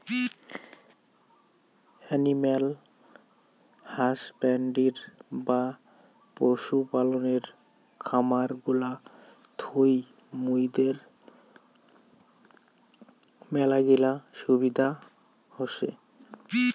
animal husbandry বা পশু পালনের খামার গুলা থুই মুইদের মেলাগিলা সুবিধা হসে